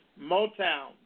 Motown